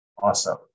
Awesome